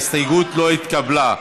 ההסתייגות לא התקבלה.